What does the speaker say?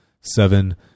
Seven